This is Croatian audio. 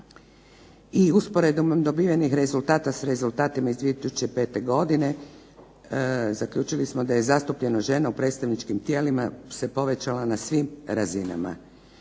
i usporedbom dobivenih rezultata s rezultatima iz 2005. godine zaključili smo da je zastupljenost žena u predstavničkim tijelima se povećala na svim razinama.